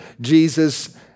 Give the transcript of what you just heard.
Jesus